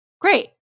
Great